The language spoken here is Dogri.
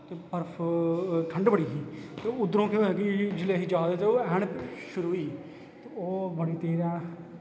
ते बर्फ ठंड बड़ी ही ते उद्धरों केह् होएया कि जिसलै असीं जा दे हे ते ऐह्न शुरू होई गेई ते ओह् बड़ी तेज आई